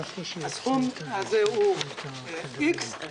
הסכום הזה הוא איקס.